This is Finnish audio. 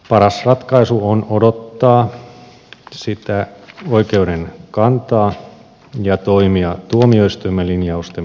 paras ratkaisu on odottaa oikeuden kantaa ja toimia tuomioistuimen linjausten pohjalta